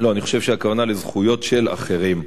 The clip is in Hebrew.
לא, אני חושב שהכוונה לזכויות של אחרים,